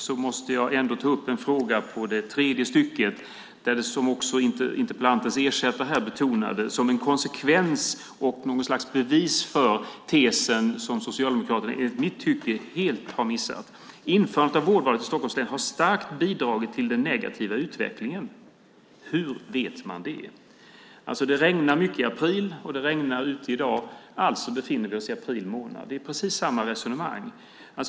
Jag måste ändå ta upp en fråga på det tredje stycket som interpellantens ersättare här betonade som en konsekvens och något slags bevis för tesen som Socialdemokraterna enligt mitt tycke helt har missat: Införandet av vårdvalet i Stockholms län har starkt bidragit till den negativa utvecklingen. Hur vet man det? Det regnar mycket i april, och det regnar ute i dag. Alltså befinner vi oss i april månad. Det är precis samma resonemang.